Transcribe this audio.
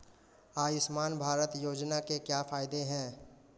आयुष्मान भारत योजना के क्या फायदे हैं?